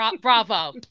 Bravo